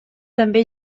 també